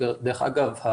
ודרך אגב,